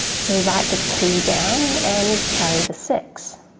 so write the two down and carry the six.